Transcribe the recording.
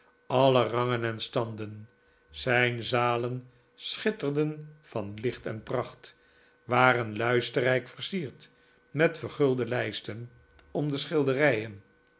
alle rangen en standen zijn zalen schitterden van licht en pracht waren luisterrijk versierd met vergulde lijsten